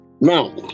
Now